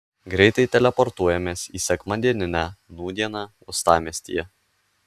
greitai teleportuojamės į sekmadieninę nūdieną uostamiestyje